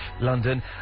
London